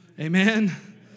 amen